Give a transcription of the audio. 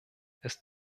ist